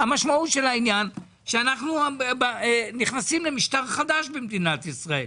המשמעות של העניין שאנחנו נכנסים למשטר חדש במדינת ישראל,